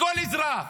בכל אזרח,